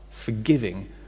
forgiving